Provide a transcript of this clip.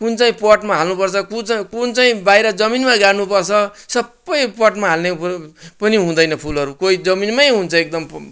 कुन चाहिँ पटमा हाल्नुपर्छ कुन चाहिँ बाहिर जमिनमा गाड्नु पर्छ सबै पटमा हाल्ने कुरो पनि हुँदैन फुलहरू कोही जमिनमै हुन्छ एकदम